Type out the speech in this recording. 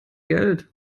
geld